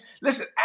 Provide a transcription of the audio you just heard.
Listen